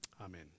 Amen